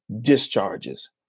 discharges